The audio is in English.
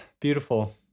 Beautiful